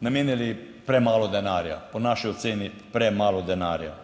namenili premalo denarja, po naši oceni premalo denarja.